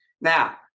Now